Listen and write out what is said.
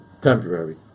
temporary